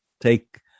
take